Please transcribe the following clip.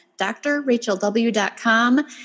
drrachelw.com